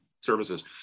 services